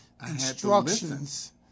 instructions